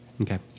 Okay